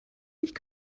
nicht